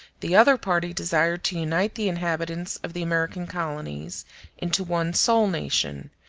the other party desired to unite the inhabitants of the american colonies into one sole nation,